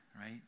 right